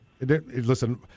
listen